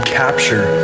capture